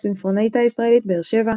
הסינפונייטה הישראלית באר שבע,